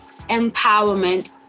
empowerment